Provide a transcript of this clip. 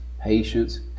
patience